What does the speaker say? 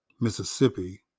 Mississippi